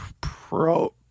pro-